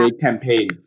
campaign